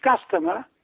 customer